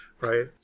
right